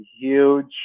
huge